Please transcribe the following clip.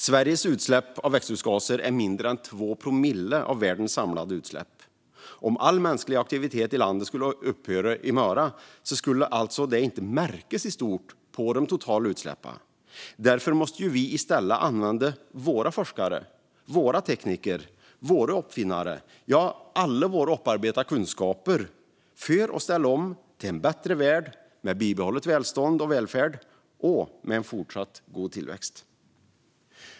Sveriges utsläpp av växthusgaser är mindre än 2 promille av världens samlade utsläpp. Om all mänsklig aktivitet i landet skulle upphöra i morgon skulle det alltså i stort sett inte märkas på de totala utsläppen. Därför måste vi i stället använda våra forskare, våra tekniker, våra uppfinnare - ja, alla våra upparbetade kunskaper - för att ställa om till en bättre värld med bibehållet välstånd och välfärd och med en fortsatt god tillväxt.